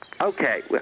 Okay